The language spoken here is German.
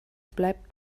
bleibt